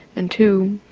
and two,